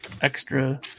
extra